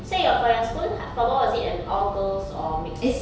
so your for your school floorball was it an all girls or mixed